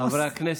חברי הכנסת,